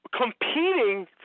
Competing